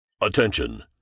Attention